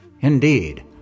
Indeed